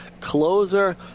closer